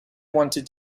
wanted